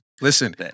Listen